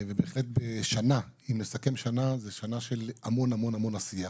זאת הייתה שנה של המון המון עשייה.